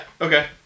okay